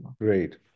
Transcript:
great